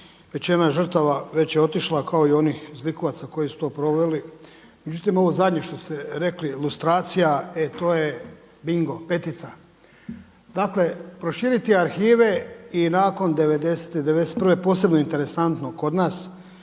Većina žrtava već je otišla kao i onih zlikovaca koji su to proveli. Međutim, ovo zadnje što ste rekli lustracija, e to je bingo, petica. Dakle, proširiti arhive i nakon devedesete, devedeset i prve